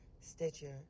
Stitcher